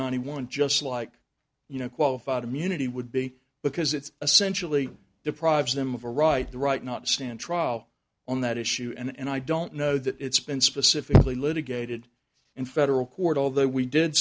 ninety one just like you know qualified immunity would be because it's essentially deprives them of a right the right not to stand trial on that issue and i don't know that it's been specifically litigated in federal court although we did